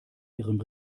ihrem